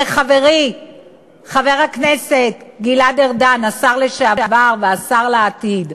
וחברי חבר הכנסת גלעד ארדן, השר לשעבר והשר לעתיד,